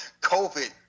COVID